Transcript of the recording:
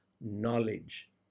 knowledge